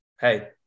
hey